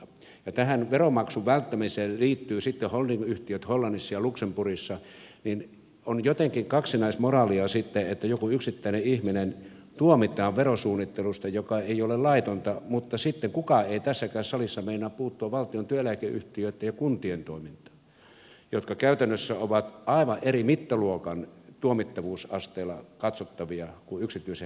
kun tähän veronmaksun välttämiseen liittyvät sitten holdingyhtiöt hollannissa ja luxemburgissa niin on jotenkin kaksinaismoraalia sitten että joku yksittäinen ihminen tuomitaan verosuunnittelusta joka ei ole laitonta mutta sitten kukaan ei tässäkään salissa meinaa puuttua valtion työeläkeyhtiöitten ja kuntien toimintaan joka käytännössä on aivan eri mittaluokan tuomittavuusasteella katsottavaa kuin yksityisen henkilön tekemänä